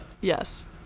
Yes